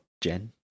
Jen